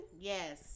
Yes